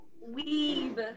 Weave